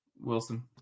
Wilson